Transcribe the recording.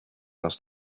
else